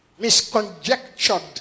misconjectured